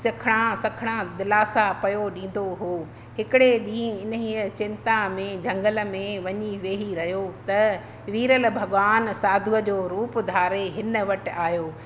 सखिणा सखिणा दिलासा पियो ॾींदो हुओ हिकिड़े ॾींहुं इन ई चिंता में झंगल में वञी वेही रहियो त वीरल भॻवानु साधुअ जो रूप धारे हिन वटि आहियो